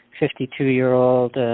52-year-old